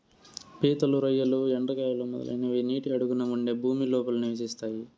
పీతలు, రొయ్యలు, ఎండ్రకాయలు, మొదలైనవి నీటి అడుగున ఉండే భూమి లోపల నివసిస్తాయి